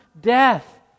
death